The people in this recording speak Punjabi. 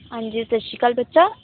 ਹਾਂਜੀ ਸਤਿ ਸ਼੍ਰੀ ਅਕਾਲ ਬੱਚਾ